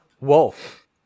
Wolf